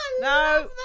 no